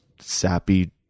sappy